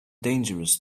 dangerous